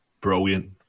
Brilliant